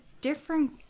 different